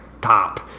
top